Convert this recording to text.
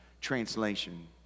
translation